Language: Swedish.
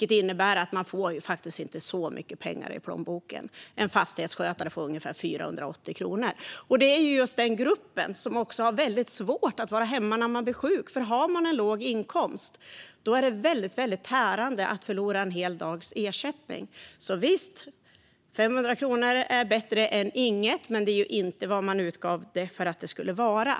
Det innebär att de inte får så mycket pengar i plånboken. En fastighetsskötare får ungefär 480 kronor. Det är just den gruppen som har väldigt svårt att vara hemma när de blir sjuka. Har man en låg inkomst är det väldigt tärande att förlora ersättning för en hel dag. Visst är 500 kronor bättre än inget. Men det är inte vad man utgav att det skulle vara.